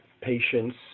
patients